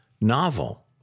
novel